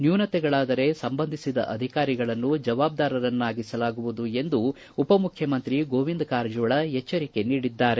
ನ್ಯೂನತೆಗಳಾದರೆ ಸಂಬಂಧಿಸಿದ ಅಧಿಕಾರಿಗಳನ್ನು ಜವಾಬ್ದಾರರನ್ನಾಗಿಸಲಾಗುವುದು ಎಂದು ಉಪಮುಖ್ಯಮಂತ್ರಿ ಗೋವಿಂದ ಕಾರಜೋಳ ಎಚ್ಚರಿಕೆ ನೀಡಿದ್ದಾರೆ